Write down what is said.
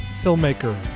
filmmaker